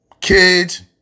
kids